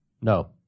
No